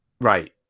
right